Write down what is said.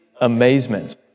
amazement